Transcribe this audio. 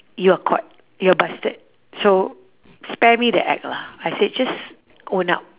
you're caught you're busted so spare me the act lah I said just own up